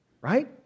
Right